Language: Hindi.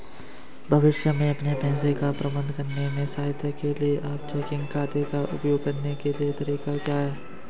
भविष्य में अपने पैसे का प्रबंधन करने में सहायता के लिए आप चेकिंग खाते का उपयोग करने के कुछ तरीके क्या हैं?